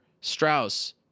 Strauss